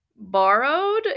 borrowed